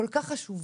כל כך חשובה.